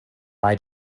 bei